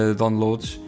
downloads